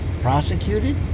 prosecuted